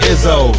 Izzo